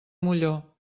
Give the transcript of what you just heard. molló